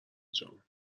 جان